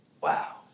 Wow